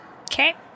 Okay